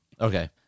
okay